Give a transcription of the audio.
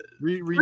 read